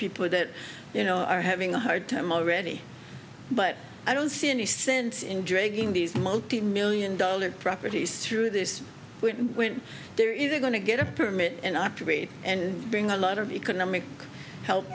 people that you know are having a hard time already but i don't see any sense in dragging these multi million dollar properties through this when they're either going to get a permit and operate and bring a lot of economic help